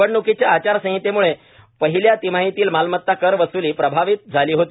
निवडण्कीच्या आचारसंहितेमुळे पहिल्या तिमाहीतील मालमता कर वसूली प्रभावित झाली होती